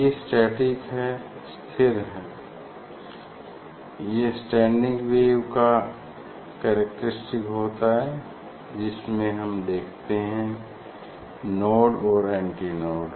ये स्टैटिक हैं स्थिर हैं यह स्टैंडिंग वेव का कैरेक्टरिस्टिक होता है जिसमे हम देखते है नोड और एंटी नोड